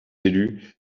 élus